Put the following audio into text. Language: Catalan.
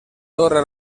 torre